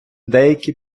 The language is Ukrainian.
деякі